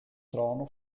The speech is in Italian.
trono